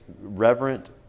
reverent